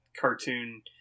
cartoon